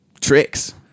tricks